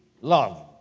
love